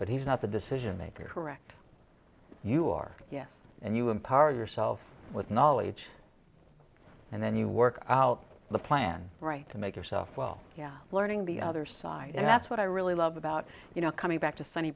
but he's not the decision maker correct you are yes and you empower yourself with knowledge and then you work out the plan right to make yourself well yeah learning the other side and that's what i really love about you know coming back to sunny